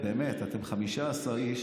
באמת, שאתם 15 איש